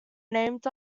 named